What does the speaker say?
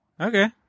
Okay